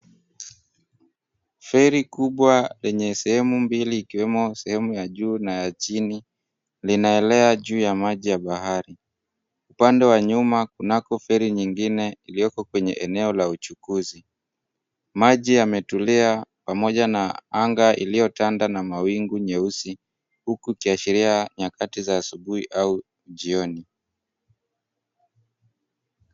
Feri kubwa yenye sehemu mbili ikiwemo sehemu ya juu na chini, linaelea juu ya maji ya bahari. Upande wa nyuma, kunako feri nyingine ilioko kwenye eneo la uchukuzi. Maji yametulia pamoja na anga iliyotanda na mawingu nyeusi, huku kiashiria nyakati za asubuhi au jioni.